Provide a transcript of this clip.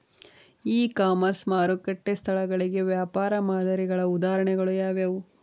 E commerce ಮಾರುಕಟ್ಟೆ ಸ್ಥಳಗಳಿಗೆ ವ್ಯಾಪಾರ ಮಾದರಿಗಳ ಉದಾಹರಣೆಗಳು ಯಾವುವು?